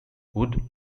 would